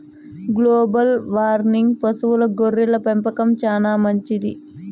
global వార్మింగ్కు పశువుల గొర్రెల పెంపకం చానా మంచిది